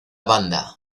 banda